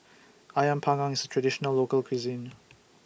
Ayam Panggang IS A Traditional Local Cuisine